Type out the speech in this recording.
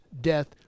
death